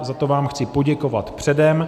Za to vám chci poděkovat předem.